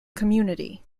community